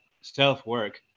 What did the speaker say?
self-work